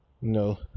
No